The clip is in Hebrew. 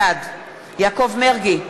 בעד יעקב מרגי,